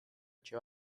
etxe